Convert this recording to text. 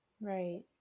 right